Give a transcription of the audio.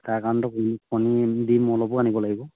তাৰ কাৰণেটো কণী ডিম অলপো আনিব লাগিব